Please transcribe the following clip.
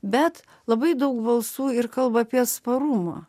bet labai daug balsų ir kalba apie atsparumą